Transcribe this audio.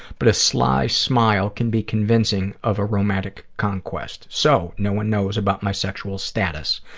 but a sly smile can be convincing of a romantic conquest. so no one knows about my sexual status.